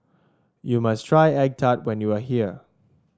you must try egg tart when you are here